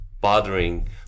bothering